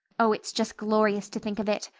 oh, it's just glorious to think of it.